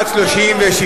חוק יסודות התקציב (תיקון מס' 40),